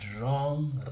wrong